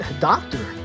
doctor